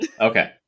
Okay